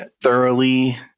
thoroughly